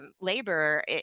labor